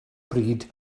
bryd